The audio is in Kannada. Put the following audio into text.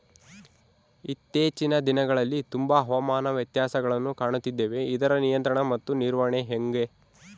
ಇತ್ತೇಚಿನ ದಿನಗಳಲ್ಲಿ ತುಂಬಾ ಹವಾಮಾನ ವ್ಯತ್ಯಾಸಗಳನ್ನು ಕಾಣುತ್ತಿದ್ದೇವೆ ಇದರ ನಿಯಂತ್ರಣ ಮತ್ತು ನಿರ್ವಹಣೆ ಹೆಂಗೆ?